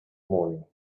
morning